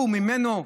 ממנו,